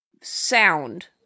sound